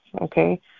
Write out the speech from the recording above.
okay